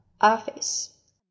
Office